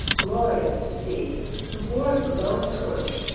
glorious to see who bore a glowing torch,